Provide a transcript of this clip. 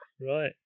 right